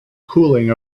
cooling